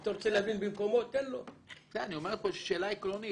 יש שאלה עקרונית,